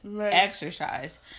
Exercise